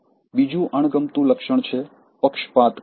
બીજું અણગમતું લક્ષણ છે પક્ષપાત કરવો